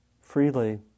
freely